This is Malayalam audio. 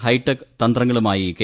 ഹൈടെക് തന്തങ്ങളുമായി കെ